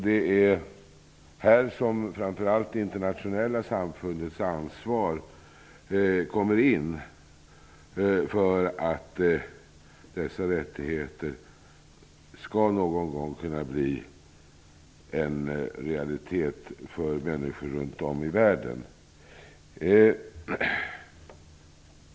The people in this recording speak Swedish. Det är här som framför allt de internationella samfundens ansvar kommer in, för att dessa rättigheter någon gång skall kunna bli en realitet för människor runt om i världen.